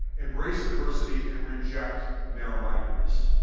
embrace diversity and reject narrow mindedness.